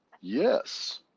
yes